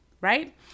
right